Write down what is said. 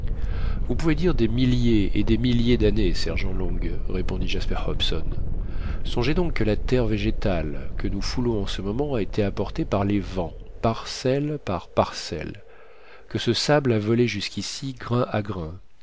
vous pouvez dire des milliers et des milliers d'années sergent long répondit jasper hobson songez donc que la terre végétale que nous foulons en ce moment a été apportée par les vents parcelle par parcelle que ce sable a volé jusqu'ici grain